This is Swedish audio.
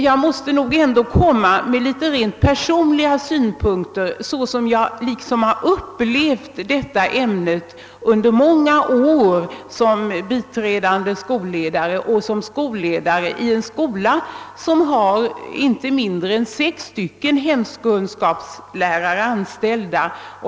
Jag måste därvidlag anföra några rent personliga synpunkter, såsom jag upplevt detta ämne under många år både som biträdande skolledare och som skolledare i en skola där inte mindre än sex hemkunskapslärare är anställda.